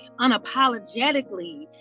unapologetically